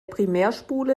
primärspule